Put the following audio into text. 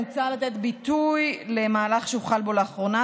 מוצע לתת ביטוי למהלך שהוחל בו לאחרונה,